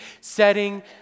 setting